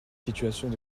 situations